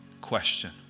question